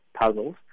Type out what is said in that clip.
puzzles